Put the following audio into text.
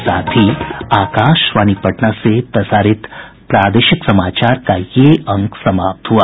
इसके साथ ही आकाशवाणी पटना से प्रसारित प्रादेशिक समाचार का ये अंक समाप्त हुआ